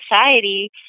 society